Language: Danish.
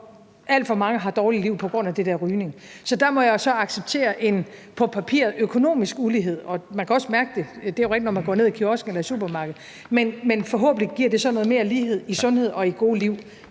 alt for mange har dårlige liv på grund af rygning. Så der må jeg så acceptere en på papiret økonomisk ulighed – og det er rigtigt, at man også kan mærke det, når man går ned i kiosken eller supermarkedet – men forhåbentlig giver det så noget mere lighed i sundhed og i gode liv,